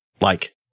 like-